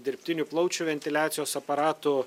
dirbtinių plaučių ventiliacijos aparatų